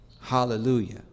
Hallelujah